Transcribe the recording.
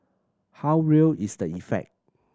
how real is the effect